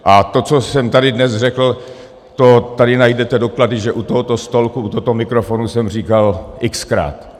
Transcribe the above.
A to, co jsem tady dnes řekl, tady najdete doklady, že u tohoto stolku, u tohoto mikrofonu jsem říkal xkrát.